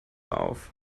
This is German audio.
auf